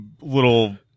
little